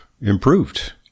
improved